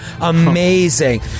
Amazing